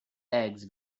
eggs